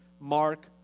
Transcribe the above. Mark